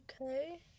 Okay